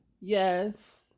Yes